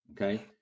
Okay